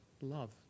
love